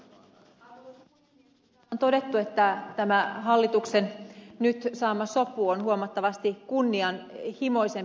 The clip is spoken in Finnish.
täällä on todettu että tämä hallituksen nyt saama sopu on huomattavasti kunnianhimoisempi tavoitteeltaan